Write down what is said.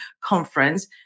conference